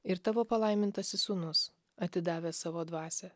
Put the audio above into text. ir tavo palaimintasis sūnus atidavęs savo dvasią